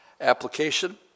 Application